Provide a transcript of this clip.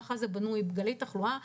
ככה בנויים גלי תחלואה,